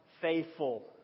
faithful